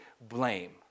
blame